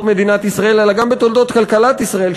מדינת ישראל אלא גם בתולדות כלכלת ישראל,